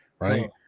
right